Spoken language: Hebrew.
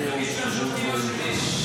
אדוני היושב-ראש.